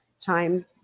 time